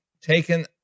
taken